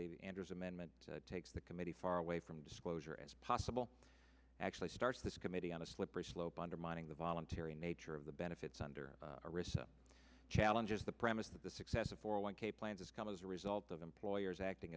they be anders amendment takes the committee far away from disclosure as possible actually starts this committee on a slippery slope undermining the voluntary nature of the benefits under arista challenges the premise that the success of four one k plans is coming as a result of employers acting